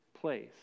place